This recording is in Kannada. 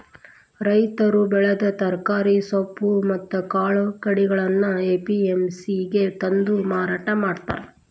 ರೈತರು ಬೆಳೆದ ತರಕಾರಿ, ಸೊಪ್ಪು ಮತ್ತ್ ಕಾಳು ಕಡಿಗಳನ್ನ ಎ.ಪಿ.ಎಂ.ಸಿ ಗೆ ತಂದು ಮಾರಾಟ ಮಾಡ್ತಾರ